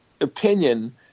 opinion